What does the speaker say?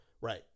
right